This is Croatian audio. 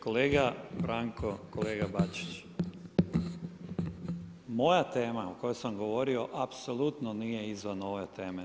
Kolega Branko, kolega Bačić, moja tema o kojoj sam govorio apsolutno nije izvan ove teme.